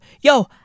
yo